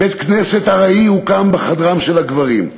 "בית-כנסת ארעי הוקם בחדרם של הגברים.